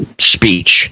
speech